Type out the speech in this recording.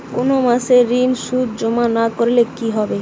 কোনো মাসে ঋণের সুদ জমা না করলে কি হবে?